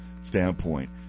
standpoint